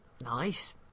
Nice